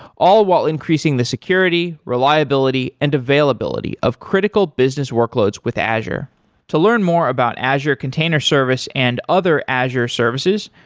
all while increasing the security, reliability and availability of critical business workloads with azure to learn more about azure container service and other azure services,